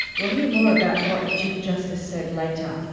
we'll hear more about what the chief justice said later.